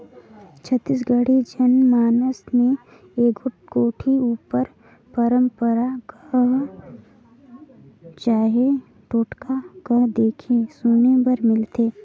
छत्तीसगढ़ी जनमानस मे एगोट कोठी उपर पंरपरा कह चहे टोटका कह देखे सुने बर मिलथे